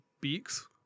Beaks